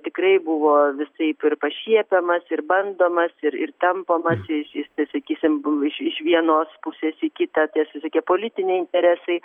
tikrai buvo visaip ir pašiepiamas ir bandomas ir ir tampomas jis tai sakysim iš vienos pusės į kitą tie visokie politiniai interesai